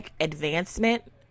advancement